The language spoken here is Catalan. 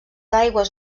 aigües